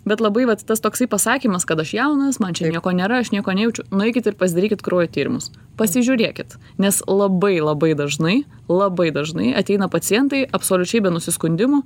bet labai vat tas toksai pasakymas kad aš jaunas man čia nieko nėra aš nieko nejaučiu nueikit ir pasidarykit kraujo tyrimus pasižiūrėkit nes labai labai dažnai labai dažnai ateina pacientai absoliučiai be nusiskundimų